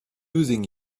losing